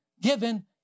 given